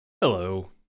Hello